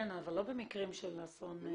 כן, אבל לא במקרים של אסון.